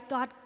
God